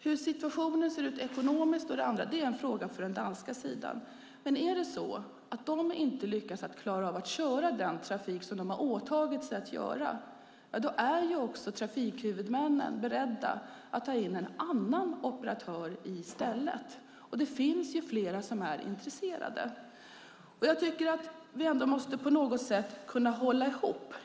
Hur det ser ut ekonomiskt är en fråga för den danska sidan. Men är det så att de inte lyckas klara av att köra den trafik som de har åtagit sig att göra, då är också trafikhuvudmännen beredda att ta in en annan operatör i stället. Det finns flera som är intresserade. Vi måste ändå på något sätt kunna hålla ihop.